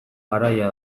garaia